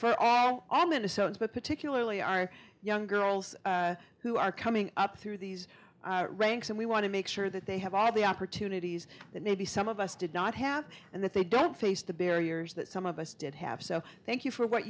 our all minnesotans but particularly our young girls who are coming up through these ranks and we want to make sure that they have all the opportunities that maybe some of us did not have and that they don't face the barriers that some of us did have so thank you for what